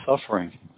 suffering